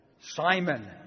Simon